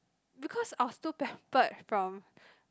because I was too pampered from